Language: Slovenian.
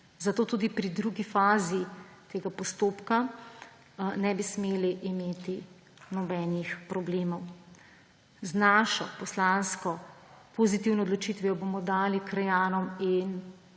zato tudi pri drugi fazi tega postopka ne bi smeli imeti nobenih problemov. Z našo poslansko pozitivno odločitvijo bomo dali krajanom in